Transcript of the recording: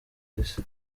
isi